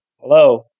Hello